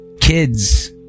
Kids